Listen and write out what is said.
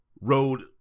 road